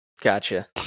Gotcha